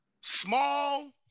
Small